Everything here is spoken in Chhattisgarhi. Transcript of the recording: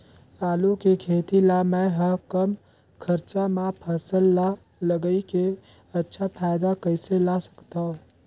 आलू के खेती ला मै ह कम खरचा मा फसल ला लगई के अच्छा फायदा कइसे ला सकथव?